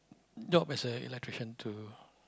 job as a electrician to